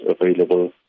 available